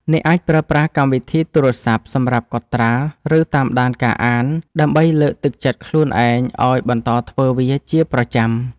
អ្នកអាចប្រើប្រាស់កម្មវិធីទូរស័ព្ទសម្រាប់កត់ត្រា ឬតាមដានការអាន ដើម្បីលើកទឹកចិត្តខ្លួនឯងឱ្យបន្តធ្វើវាជាប្រចាំ។